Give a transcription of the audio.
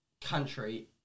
Country